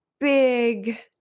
big